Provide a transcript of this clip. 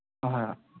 ꯑꯍꯣꯏ ꯍꯣꯏ